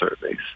surveys